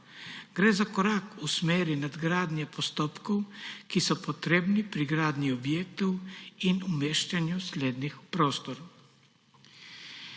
Gre za korak v smeri nadgradnje postopkov, ki so potrebni pri gradnji objektov in umeščanju slednjih v prostor.